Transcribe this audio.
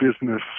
business